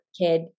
kid